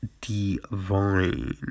Divine